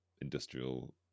industrial